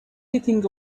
sitting